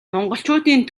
монголчуудын